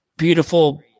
beautiful